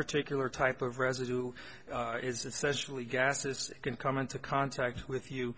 particular type of residue is essentially gases can come into contact with you